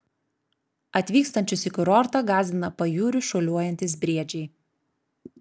atvykstančius į kurortą gąsdina pajūriu šuoliuojantys briedžiai